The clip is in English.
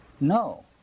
No